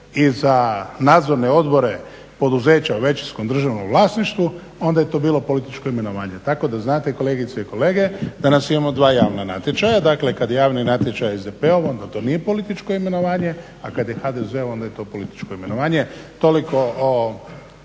i za nadzorne odbore poduzeća u većinskom državnom vlasništvu onda je to bilo političko imenovanje. Tako da znate kolegice i kolege danas imamo dva javna natječaja. Dakle, kad je javni natječaj SDP-ov onda to nije političko imenovanje, a kad je HDZ-ov onda je to političko imenovanje. Toliko